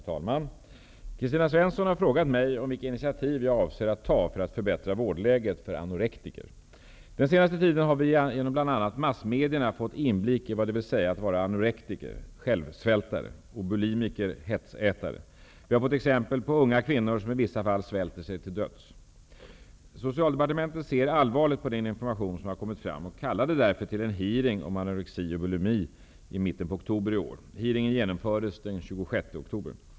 Herr talman! Kristina Svensson har frågat mig om vilka initiativ jag avser ta för att förbättra vårdläget för anorektiker. Den senaste tiden har vi genom bl.a. massmedia fått inblick i vad det vill säga att vara anorektiker och bulimiker . Vi har fått exempel på unga kvinnor som i vissa fall svälter sig till döds. Socialdepartementet ser allvarligt på den information som har kommit fram och kallade därför till en hearing om anorexi och bulimi i mitten av oktober i år. Hearingen genomfördes den 26 oktober.